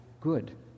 good